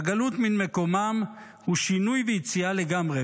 והגלות מן מקומם הוא שינוי ויציאה לגמרי.